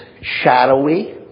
shadowy